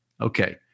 Okay